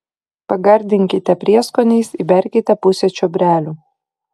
pagardinkite prieskoniais įberkite pusę čiobrelių